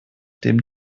dem